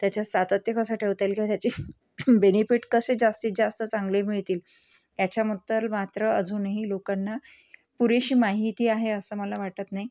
त्याच्यात सातत्य कसं ठेवता येईल किंवा त्याची बेनिफिट कसे जास्तीत जास्त चांगले मिळतील ह्याच्याबद्दल मात्र अजूनही लोकांना पुरेशी माहिती आहे असं मला वाटत नाही